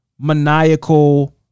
maniacal